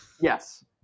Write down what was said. Yes